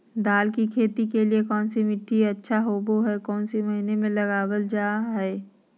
दाल की खेती के लिए कौन मिट्टी अच्छा होबो हाय और कौन महीना में लगाबल जा हाय?